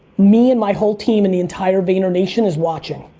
me, and my whole team, and the entire vaynernation is watching.